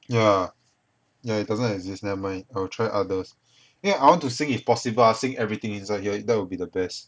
yeah yeah it doesn't exist never mind I'll try others eh I want to see if possible ah sync everything inside here that would be the best